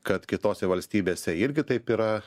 kad kitose valstybėse irgi taip yra